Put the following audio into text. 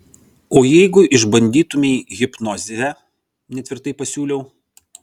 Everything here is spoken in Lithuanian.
o jeigu išbandytumei hipnozę netvirtai pasiūliau